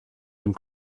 dem